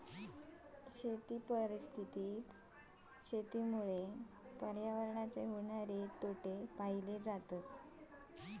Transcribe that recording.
शेती परिस्थितीत शेतीमुळे पर्यावरणाचे होणारे तोटे पाहिले जातत